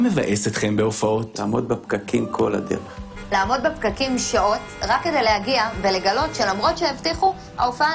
לא פעם בעיניי התרבות משמשת כסולם לשבירת דעות